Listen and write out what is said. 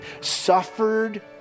suffered